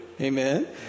Amen